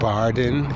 Barden